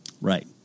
Right